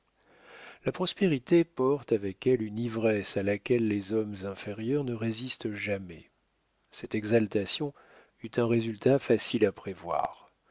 la prospérité porte avec elle une ivresse à laquelle les hommes inférieurs ne résistent jamais cette exaltation eut un résultat facile à prévoir